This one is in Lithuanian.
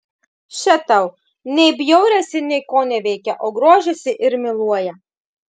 še tau nei bjaurisi nei koneveikia o grožisi ir myluoja